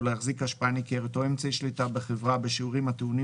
להחזיק השפעה ניכרת או אמצעי שליטה בחברה בשיעורים הטעונים